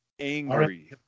angry